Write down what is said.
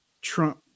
Trump